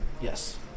Yes